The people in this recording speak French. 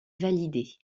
valider